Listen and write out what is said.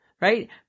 right